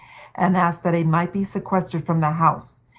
and asked that he might be sequestered from the house,